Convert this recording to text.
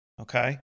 Okay